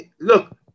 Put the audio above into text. look